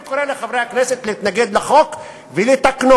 אני קורא לחברי הכנסת להתנגד לחוק ולתקנו,